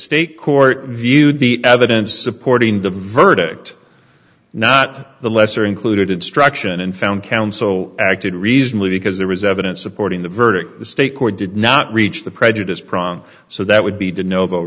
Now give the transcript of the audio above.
state court viewed the evidence supporting the verdict not the lesser included instruction and found counsel acted reasonably because there was evidence supporting the verdict the state court did not reach the prejudice prong so that would be